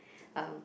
um